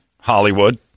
Hollywood